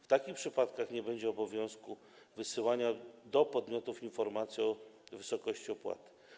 W takich przypadkach nie będzie obowiązku wysyłania do podmiotów informacji o wysokości opłaty.